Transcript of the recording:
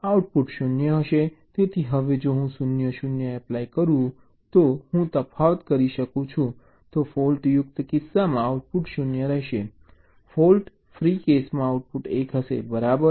તેથી હવે જો હું 0 0 એપ્લાય કરું હું તફાવત કરી શકું છું તો ફૉલ્ટ્યુક્ત કિસ્સામાં આઉટપુટ 0 રહેશે ફોલ્ટ ફ્રી કેસમાં આઉટપુટ 1 હશે બરાબર